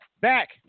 back